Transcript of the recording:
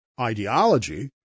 ideology